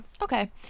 okay